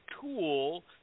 tool